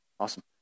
Awesome